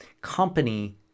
company